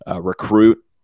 recruit